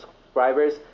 subscribers